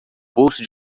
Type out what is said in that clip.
bolso